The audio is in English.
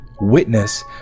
Witness